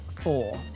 four